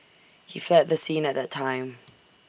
he fled the scene at that time